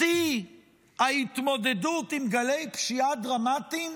בשיא ההתמודדות עם גלי פשיעה דרמטיים,